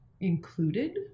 included